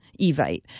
Evite